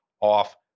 off